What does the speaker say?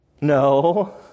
no